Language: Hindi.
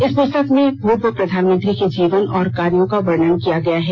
इस पुस्तक में पूर्व प्रधानमंत्री के जीवन और कार्यो का वर्णन किया गया है